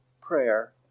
prayer